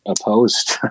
opposed